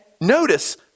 notice